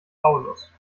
paulus